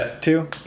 two